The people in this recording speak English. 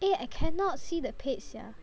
eh I cannot see the page sia